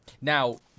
Now